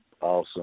Awesome